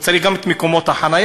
הוא צריך גם את מקומות החניה,